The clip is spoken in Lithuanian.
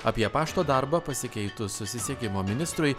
apie pašto darbą pasikeitus susisiekimo ministrui